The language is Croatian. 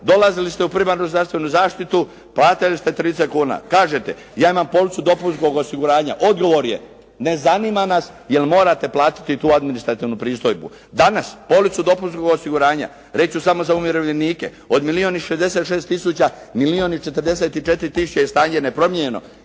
dolazili ste u primarnu zdravstvenu zaštitu, platili ste 30 kuna. Kažete, ja imam policu dopunskog osiguranja. Odgovor, ne zanima nas jer morate platiti tu administrativnu pristojbu. Danas policu dopunskog osiguranja, reći ću samo za umirovljenike, od milijun i 66 tisuća, milijun i 44 tisuće je stanje nepromijenjeno.